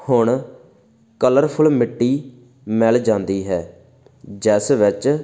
ਹੁਣ ਕਲਰਫੁਲ ਮਿੱਟੀ ਮਿਲ ਜਾਂਦੀ ਹੈ ਜਿਸ ਵਿੱਚ